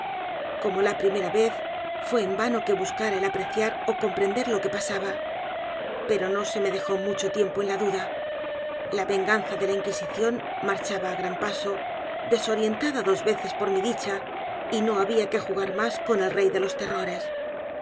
como la primera vez fué en vario que buscara el apreciar ó comprender lo que pasaba pero no se me dejó mucho tiempo en la duda la venganza de la inquisición marchaba á gran paso desorientada dos veces por mi dicha y no había que j u g a r más con el rey de los